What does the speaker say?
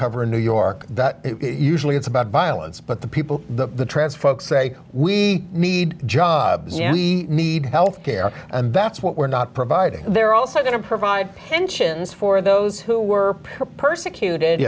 cover in new york that usually it's about violence but the people the transfer say we need jobs we need health care and that's what we're not providing they're also going to provide pensions for those who were persecuted